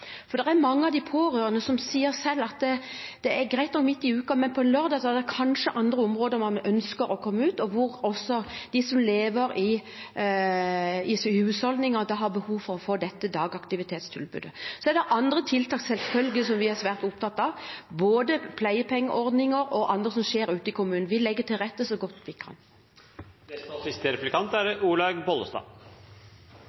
er mange av de pårørende som selv sier at det er greit midt i uken, men at det på en lørdag kanskje er andre områder man ønsker å komme ut til, og at de som lever i husholdningen, da har behov for å få dette dagaktivitetstilbudet. Det er selvfølgelig også andre tiltak vi er svært opptatt av, både pleiepengeordninger og andre tiltak ute i kommunene. Vi legger til rette så godt vi